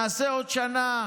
נעשה עוד שנה,